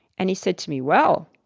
and he said to me, well,